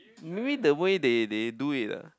maybe the way they they do it ah